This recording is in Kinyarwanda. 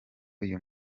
uyu